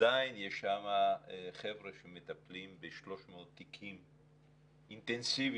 עדיין יש שם חבר'ה שמטפלים ב-300 תיקים אינטנסיביים.